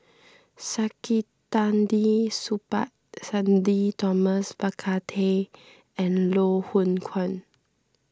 Saktiandi Supaat Sudhir Thomas Vadaketh and Loh Hoong Kwan